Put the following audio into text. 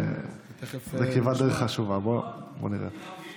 זו כברת דרך חשובה, בוא נראה.